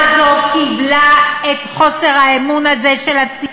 לא רואה את סגן השר שאמור לענות.